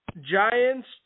Giants